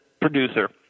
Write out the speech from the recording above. producer